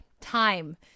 time